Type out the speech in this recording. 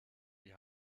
die